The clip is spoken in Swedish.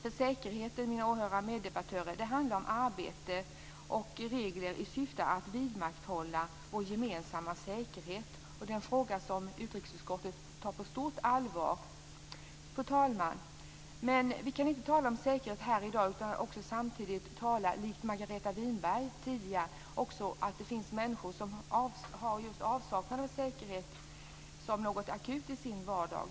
Detta handlar, mina åhörare och meddebattörer, om arbete och regler i syfte att vidmakthålla vår gemensamma säkerhet. Det är en fråga, fru talman, som utrikesutskottet tar på stort allvar. Men vi kan inte tala om säkerhet här i dag utan att nämna - likt Margareta Winberg tidigare - att det finns människor för vilka avsaknad av säkerhet är något akut i deras vardag.